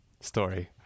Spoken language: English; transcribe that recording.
story